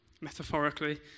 metaphorically